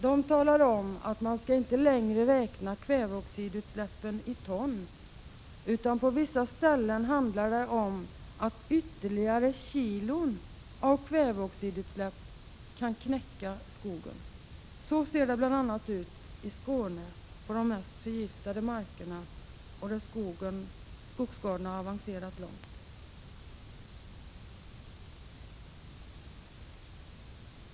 De talar om att man inte längre skall räkna kväveoxidutsläppen i ton, utan att det på vissa ställen handlar om att ytterligare kilon av kväveoxidutsläpp kan knäcka skogen. Så ser det ut bl.a. i Skåne på de mest förgiftade markerna, där skogsskadorna har avancerat långt.